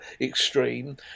extreme